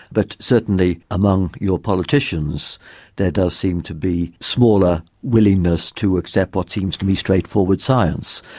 but certainly among your politicians there does seem to be smaller willingness to accept what seems to me straightforward science.